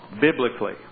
biblically